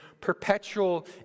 perpetual